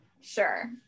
sure